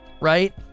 Right